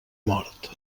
mort